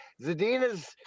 zadina's